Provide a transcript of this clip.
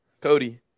Cody